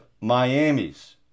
Miami's